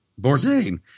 Bourdain